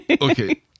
Okay